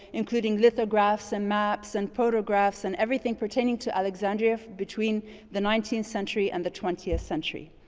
including lithographs and maps and photographs and everything pertaining to alexandria between the nineteenth century and the twentieth century.